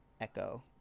echo